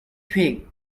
twig